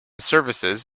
services